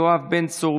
יואב בן צור,